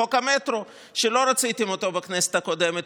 חוק המטרו, שלא רציתם אותו בכנסת הקודמת.